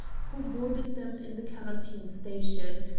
who boarded them in the quarantine station,